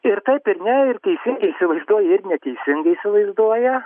ir taip ir ne ir teisingai įsivaizduoja ir neteisingai įsivaizduoja